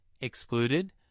excluded